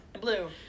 Blue